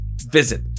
visit